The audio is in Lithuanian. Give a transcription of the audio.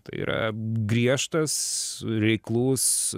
tai yra griežtas reiklus